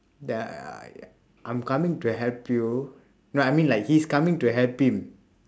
that I I I'm coming to help you no I mean like he's coming to help him